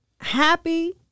Happy